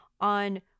on